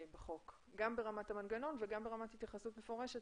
גם ברמת המנגנון וגם ברמת התייחסות מפורשת